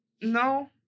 No